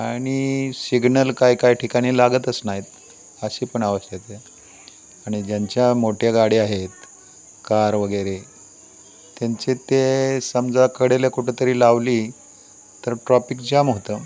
आणि शिग्नल काय काय ठिकाणी लागतच नाहीत अशी पण आवश्यक आहे आणि ज्यांच्या मोठ्या गाड्या आहेत कार वगैरे त्यांचे ते समजा कडेला कुठंतरी लावली तर ट्रॉफिक जाम होतं